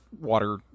water